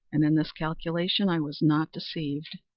and in this calculation i was not deceived.